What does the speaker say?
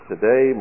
Today